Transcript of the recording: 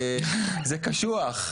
זה קשוח.